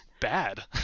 bad